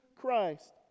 Christ